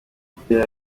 sugira